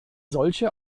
solche